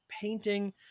painting